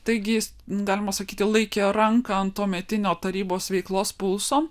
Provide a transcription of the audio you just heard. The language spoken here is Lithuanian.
taigi galima sakyti laikė ranką ant tuometinio tarybos veiklos pulso